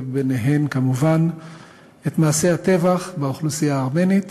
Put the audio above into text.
וביניהן כמובן את מעשי הטבח באוכלוסייה הארמנית